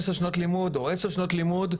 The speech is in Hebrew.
עשרה שנות לימוד או עשר שנות לימוד.